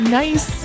nice